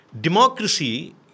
democracy